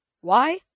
Why